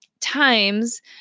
times